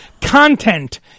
Content